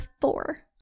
four